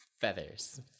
Feathers